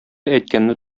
әйткәнне